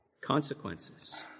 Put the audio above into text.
consequences